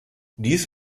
dies